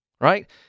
right